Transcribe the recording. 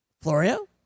Florio